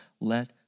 let